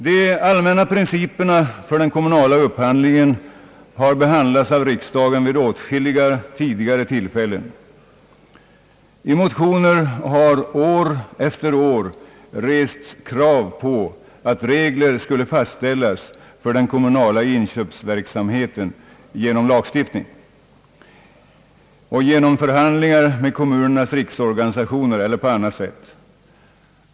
De allmänna principerna för den kommunala upphandlingen har tidigare vid åtskilliga tillfällen behandlats i riksdagen. I motioner har år efter år rests krav på att regler för den kommunala inköpsverksamheten skulle fastställas genom lagstiftning och genom förhandlingar med kommunernas riksorganisationer eller på annat sätt.